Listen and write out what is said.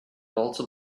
also